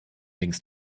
links